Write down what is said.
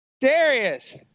Darius